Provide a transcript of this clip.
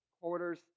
quarters